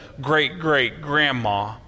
great-great-grandma